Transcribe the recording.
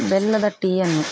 ಬೆಲ್ಲದ ಟೀಯನ್ನು